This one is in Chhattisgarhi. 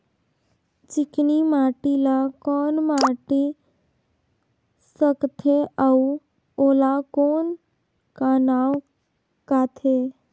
चिकनी माटी ला कौन माटी सकथे अउ ओला कौन का नाव काथे?